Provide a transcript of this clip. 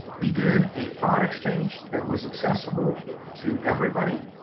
we did a thought exchange that was accessible to everybody.